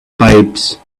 pipes